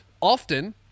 Often